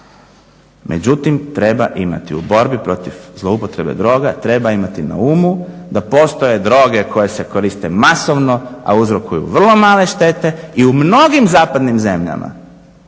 međutim treba imati u borbi protiv zloupotrebe droga, treba imati na umu da postoje droge koje se koriste masovni, a uzrokuju vrlo male štete. I mnogim zapadnim zemljama